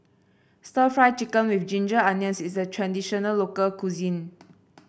stir Fry Chicken with Ginger Onions is a traditional local cuisine